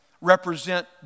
represent